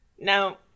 Now